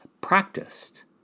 practiced